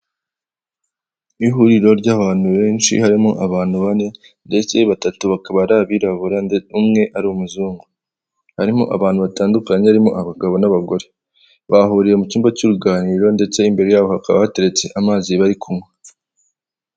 Ihuriro ry'abantu benshi harimo abantu bane ndetse batatu bakaba ari abirabura umwe ari umuzungu, harimo abantu batandukanye barimo abagabo n'abagore, bahuriye mu cyumba cy'uruganiriro ndetse imbere yabo bakaba bateretse amazi bari kunywa.